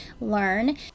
learn